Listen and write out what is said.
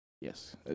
Yes